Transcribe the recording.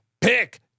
Pick